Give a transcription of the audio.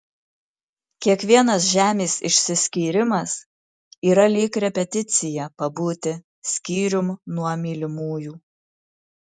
kiekvienas žemės išsiskyrimas yra lyg repeticija pabūti skyrium nuo mylimųjų